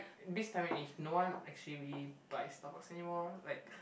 this time and age no one actually really buys Starbucks anymore like